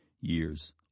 years